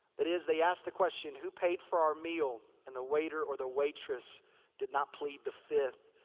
that is, they asked the question, who paid for our meal? and the waiter or the waitress did not plead the fifth.